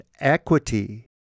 equity